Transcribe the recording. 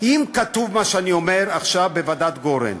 אם יש מה שאני אומר עכשיו בדיוני ועדת גורן,